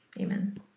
Amen